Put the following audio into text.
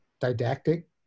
didactic